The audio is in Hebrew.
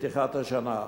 לפתיחת השנה.